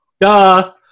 duh